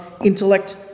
intellect